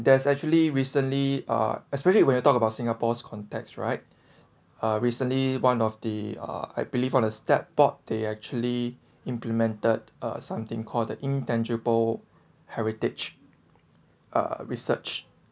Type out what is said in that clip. there's actually recently uh especially when you talk about singapore's context right uh recently one of the uh I believe on a step bot they actually implemented uh something call the intangible heritage uh research